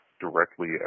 directly